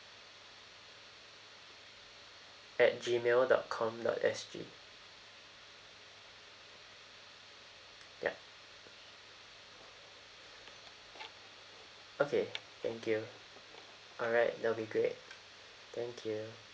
at Gmail dot com dot S G ya okay thank you alright that would be great thank you